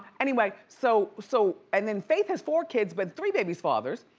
anyway, so so, and then faith has four kids with three babies' fathers,